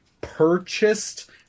purchased